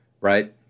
right